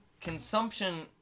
Consumption